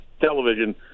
television